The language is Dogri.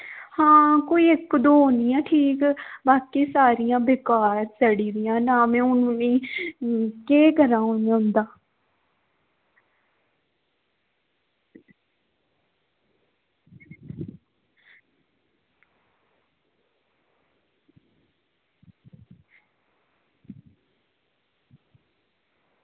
कोई इक्क दौ होनी ठीक बाकी सारियां बेकार खराब सड़ी दियां ना में उनें गी केह् करां ओह्दा